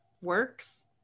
works